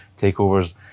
takeovers